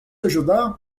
ajudar